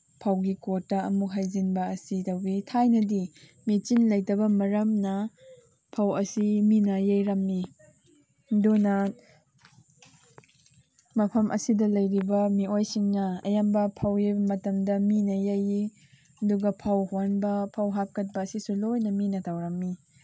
ꯐꯧꯒꯤ ꯀꯣꯠꯇ ꯑꯃꯨꯛ ꯍꯩꯖꯤꯟꯕ ꯑꯁꯤ ꯇꯧꯋꯤ ꯊꯥꯏꯅꯗꯤ ꯃꯦꯆꯤꯟ ꯂꯩꯇꯕ ꯃꯔꯝꯅ ꯐꯧ ꯑꯁꯤ ꯃꯤꯅ ꯌꯩꯔꯝꯃꯤ ꯑꯗꯨꯅ ꯃꯐꯝ ꯑꯁꯤꯗ ꯂꯩꯔꯤꯕ ꯃꯤꯑꯣꯏꯁꯤꯡꯅ ꯑꯌꯥꯝꯕ ꯐꯧ ꯌꯩꯕ ꯃꯇꯝꯗ ꯃꯤꯅ ꯌꯩꯏ ꯑꯗꯨꯒ ꯐꯧ ꯍꯣꯟꯕ ꯐꯧ ꯍꯥꯞꯀꯠꯄ ꯑꯁꯤꯁꯨ ꯂꯣꯏꯅ ꯃꯤꯅ ꯇꯧꯔꯝꯃꯤ